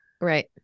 Right